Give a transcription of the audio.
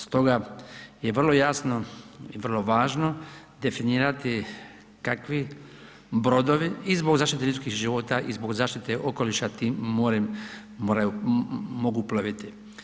Stoga je vrlo jasno i vrlo važno definirati kakvi brodovi i zbog zaštite ljudskih života i zbog zaštite okoliša tim morem mogu ploviti.